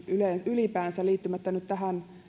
ylipäänsä liittymättä nyt tähän